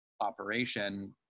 operation